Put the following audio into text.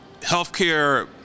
healthcare